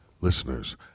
listeners